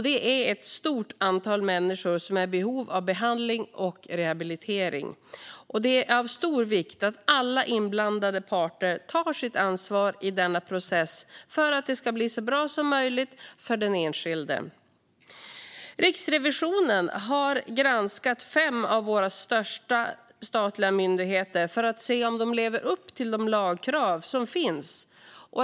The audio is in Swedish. Det är ett stort antal människor som är i behov av behandling och rehabilitering, och det är av stor vikt att alla inblandade parter tar sitt ansvar i denna process för att det ska bli så bra som möjligt för den enskilde. Riksrevisionen har granskat fem av våra största statliga myndigheter för att se om de lever upp till de lagkrav som finns.